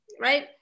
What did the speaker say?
right